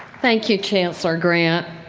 thank you, chancellor grant.